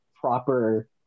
proper